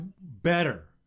better